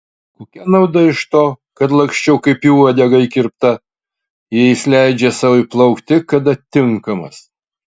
kokia nauda iš to kad laksčiau kaip į uodegą įkirpta jei jis leidžia sau įplaukti kada tinkamas